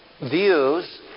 views